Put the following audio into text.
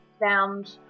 found